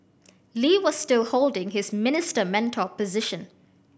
Lee was still holding his Minister Mentor position